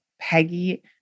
Peggy